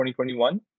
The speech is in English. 2021